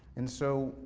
and so,